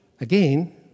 Again